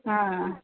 ஆ